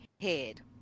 head